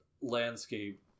landscape